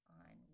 on